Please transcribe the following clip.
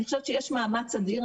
אני חושבת שיש מאמץ אדיר.